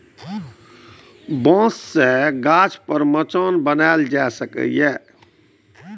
बांस सं गाछ पर मचान बनाएल जा सकैए